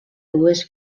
dues